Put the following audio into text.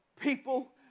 people